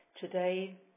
Today